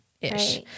ish